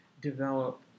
develop